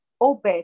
Obed